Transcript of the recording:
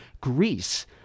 Greece